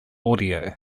audio